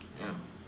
ya